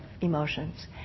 emotions